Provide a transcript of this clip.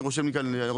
אני רושם לי כאן שאלות,